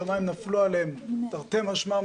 השמים נפלו עליהן תרתי משמע,